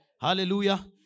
Hallelujah